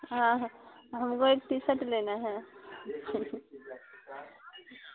हाँ हाँ हमको एक टी सट लेना है